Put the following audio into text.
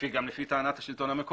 לפי גם טענת השלטון המקומי.